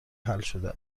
حلشده